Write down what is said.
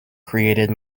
created